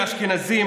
לאשכנזים,